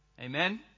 Amen